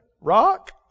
Rock